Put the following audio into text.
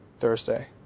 Thursday